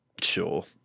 sure